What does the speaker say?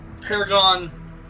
Paragon